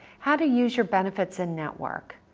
how to use your benefits in-network.